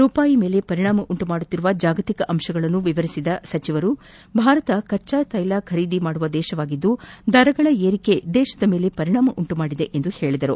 ರೂಪಾಯಿ ಮೇಲೆ ಪರಿಣಾಮ ಉಂಟುಮಾಡುತ್ತಿರುವ ಜಾಗತಿಕ ಅಂಶಗಳನ್ನು ವಿವರಿಸಿದ ಅವರು ಭಾರತ ಕಚ್ಚಾ ತ್ಯೆಲ ಖರೀದಿ ದೇಶವಾಗಿದ್ದು ದರಗಳ ಏರಿಕೆ ದೇಶದ ಮೇಲೆ ಪರಿಣಾಮ ಉಂಟುಮಾಡಿದೆ ಎಂದು ಹೇಳಿದರು